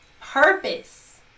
Purpose